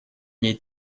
ней